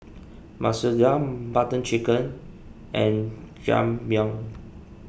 Masoor Dal Butter Chicken and Jajangmyeon